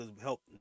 help